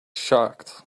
shocked